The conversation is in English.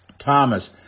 Thomas